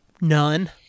None